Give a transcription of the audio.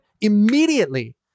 immediately